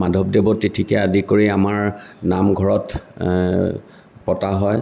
মাধৱদেৱৰ তিথিকে আদি কৰি আমাৰ নামঘৰত পতা হয়